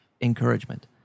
encouragement